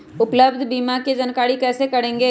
उपलब्ध बीमा के जानकारी कैसे करेगे?